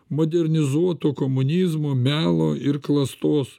modernizuotų komunizmo melo ir klastos